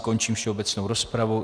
Končím všeobecnou rozpravu.